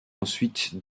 ensuite